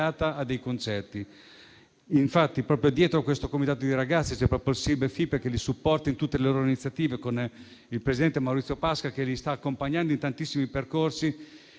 Grazie